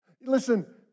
Listen